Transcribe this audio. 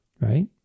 right